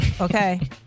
Okay